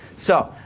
so,